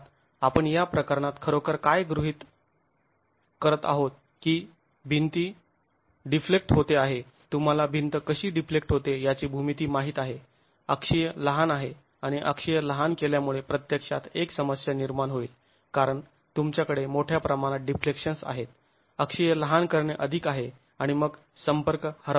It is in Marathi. अर्थात आपण या प्रकरणात खरोखर काय गृहीत करत आहोत की भिंती डिफ्लेक्ट होते आहे तुम्हाला भिंत कशी डिफ्लेक्ट होते याची भूमिती माहित आहे अक्षीय लहान आहे आणि अक्षीय लहान केल्यामुळे प्रत्यक्षात एक समस्या निर्माण होईल कारण तुमच्याकडे मोठ्या प्रमाणात डिफ्लेक्शनस् आहेत अक्षीय लहान करणे अधिक आहे आणि मग संपर्क हरवला जाऊ शकतो